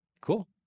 cool